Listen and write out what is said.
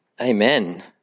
Amen